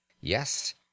Yes